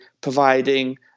providing